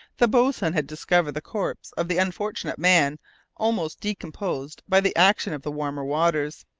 the boatswain had discovered the corpse of the unfortunate man almost decomposed by the action of the warmer waters.